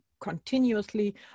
continuously